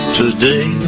today